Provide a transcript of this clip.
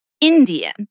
Indian